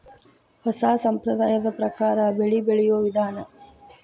ಹೊಸಾ ಸಂಪ್ರದಾಯದ ಪ್ರಕಾರಾ ಬೆಳಿ ಬೆಳಿಯುವ ವಿಧಾನಾ